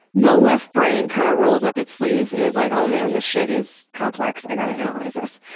the left-brain kind of rolls up its sleeves and is like, oh man this shit is complex. i got to analyze this.